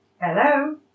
Hello